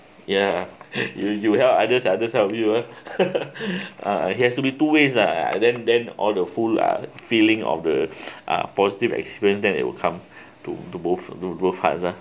ya you you help others others help of you uh has to be two ways lah uh then then all the full uh feeling of the uh positive experience that it will come to both the two hearts uh